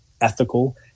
ethical